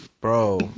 Bro